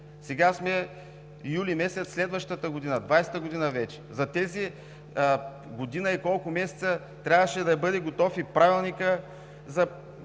Сега сме юли следващата година, 2020-та година вече. За тази година и колко месеца трябваше да бъде готов и Правилникът за